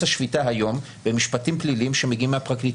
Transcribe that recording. השפיטה במשפטים פליליים והם שמגיעים מהפרקליטות.